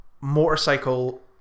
motorcycle